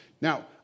Now